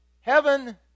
Heaven